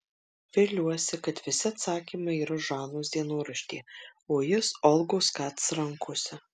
viliuosi kad visi atsakymai yra žanos dienoraštyje o jis olgos kac rankose